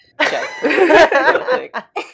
check